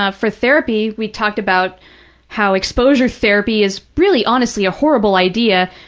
ah for therapy, we talked about how exposure therapy is really, honestly, a horrible idea.